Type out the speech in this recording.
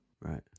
Right